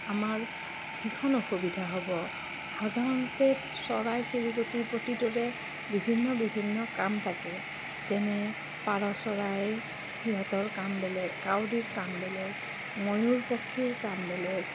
আমাৰ ভীষণ অসুবিধা হ'ব সাধাৰণতে চৰাই চিৰিকটিৰ প্ৰতিটোৰে বিভিন্ন বিভিন্ন কাম থাকে যেনে পাৰ চৰাই সিহঁতৰ কাম বেলেগ কাউৰীৰ কাম বেলেগ ময়ূৰ পক্ষীৰ কাম বেলেগ